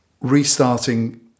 restarting